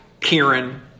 Kieran